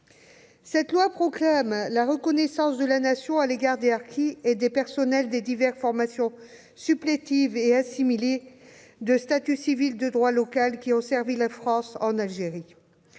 de loi proclame la reconnaissance de la Nation envers les harkis et les personnels des diverses formations supplétives et assimilés de statut civil de droit local qui ont servi la France en Algérie.